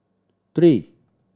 three